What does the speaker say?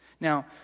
Now